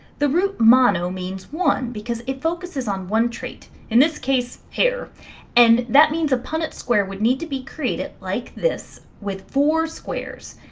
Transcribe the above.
the root mono means one because it focuses on one trait in this case hair and that means a punnett square would need to be created like this with four squares